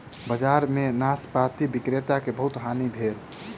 बजार में नाशपाती विक्रेता के बहुत हानि भेल